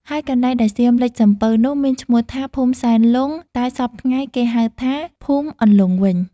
ហើយកន្លែងដែលសៀមលិចសំពៅនោះមានឈ្មោះថា ភូមិសែនលង់ តែសព្វថ្ងៃគេហៅថា ភូមិសន្លង់វិញ។